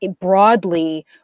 broadly